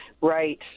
Right